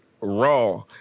Raw